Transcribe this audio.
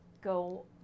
go